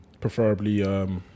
Preferably